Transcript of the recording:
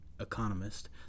economist